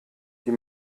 die